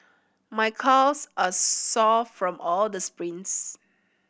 my calves are sore from all the sprints